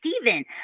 Steven